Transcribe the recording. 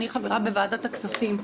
אני חברה בוועדת הכספים,